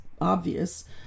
obvious